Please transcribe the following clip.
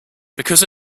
because